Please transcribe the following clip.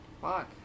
fuck